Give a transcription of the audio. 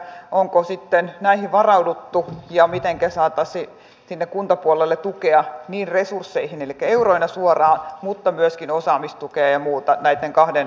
onko sitten näihin varauduttu ja mitenkä saataisiin sinne kuntapuolelle tukea niin resursseihin elikkä euroina suoraan kuin myöskin osaamistukea ja muuta näitten kahden aiheen osalta